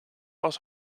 als